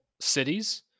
cities